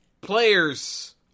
players